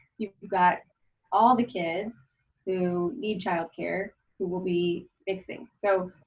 you've got all the kids who need childcare who will be mixing. so,